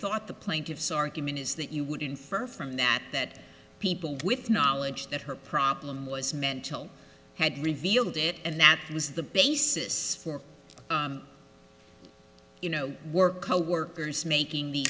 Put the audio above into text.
thought the plaintiff's argument is that you would infer from that that people with knowledge that her problem was mental had revealed it and that was the basis for you know we're coworkers making these